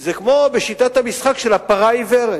זה כמו בשיטת המשחק של הפרה העיוורת.